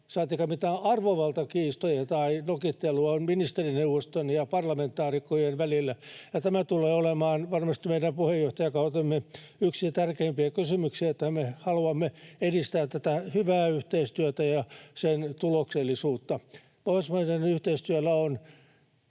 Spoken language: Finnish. saatikka mitään arvovaltakiistoja tai nokittelua ministerineuvoston ja parlamentaarikkojen välillä. Tämä tulee olemaan varmasti meidän puheenjohtajakautemme yksi tärkeimpiä kysymyksiä, että me haluamme edistää tätä hyvää yhteistyötä ja sen tuloksellisuutta. Pohjoismaiden yhteistyöllä on,